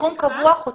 סכום קבוע חודשי.